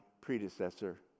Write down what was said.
predecessor